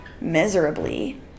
miserably